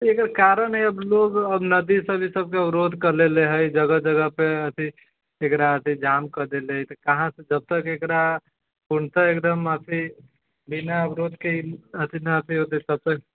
एहि के कारण हय अब लोग अब नदी सब ई सब के अबरोध कऽ लेले हय जगह जगह पे अथी जेकरा कऽ जाम कऽ देलै कहाँ से जबतक एकरा एकदम अथी बिना अब रोडके अथी ना कोइ दिक्कत